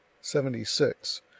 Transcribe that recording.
Seventy-six